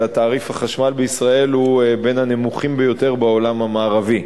שתעריף החשמל בישראל הוא בין הנמוכים ביותר בעולם המערבי,